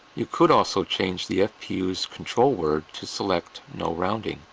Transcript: you could also change the fpu's control word to select no rounding,